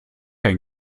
ein